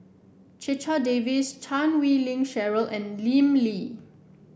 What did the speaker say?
Checha Davies Chan Wei Ling Cheryl and Lim Lee